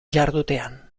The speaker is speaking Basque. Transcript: jardutean